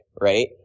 right